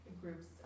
groups